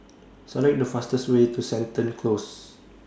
Select The fastest Way to Seton Close